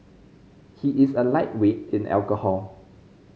he is a lightweight in alcohol